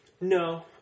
No